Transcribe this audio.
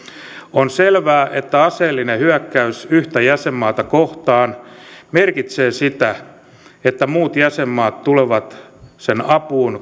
on selvää että aseellinen hyökkäys yhtä jäsenmaata kohtaan merkitsee sitä että muut jäsenmaat tulevat sen apuun